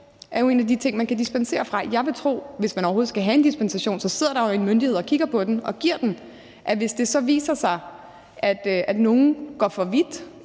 jo en af de ting, man kan dispensere fra. Hvis man overhovedet skal have en dispensation, sidder der jo en myndighed og kigger på den og giver den, og jeg vil tro, at hvis det så viser sig, at nogen går for vidt